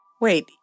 Wait